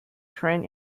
tran